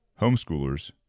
Homeschoolers